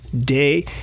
day